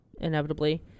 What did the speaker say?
inevitably